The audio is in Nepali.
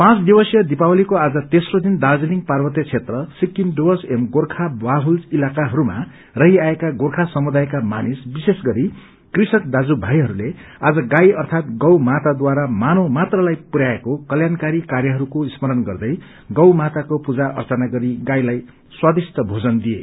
पाँच विसीय दीपावलीको आज तेप्रो दिन दार्जीलिङ पार्वत्य क्षेत्र सिक्किम डुर्वस एवं गोर्खा बाहुल इलकाहरूमा रहि आएका गोर्खा समुदायका मार्गिनिस विशेष गरी कृषक दाज्यू भाईहरूले आज गाई अर्थत गौ माताद्वारामानव मात्रलाई पुरयाएको कल्याणकारी कार्यहरूको स्मरण गर्दै गो माताको पूजा अर्चना गरी गाईलाई स्वादिष्ट भोजन दिए